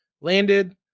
landed